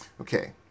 Okay